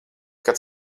kad